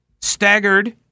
staggered